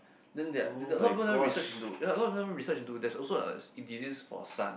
then there a lot people research into a lot them the people research into there is also a disease for sun